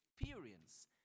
experience